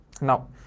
Now